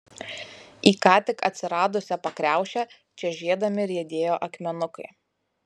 į ką tik atsiradusią pakriaušę čežėdami riedėjo akmenukai